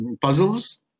puzzles